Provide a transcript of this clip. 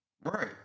Right